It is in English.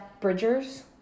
bridger's